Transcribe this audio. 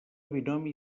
binomi